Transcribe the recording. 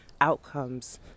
outcomes